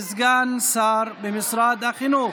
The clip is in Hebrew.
לסגן שר במשרד החינוך.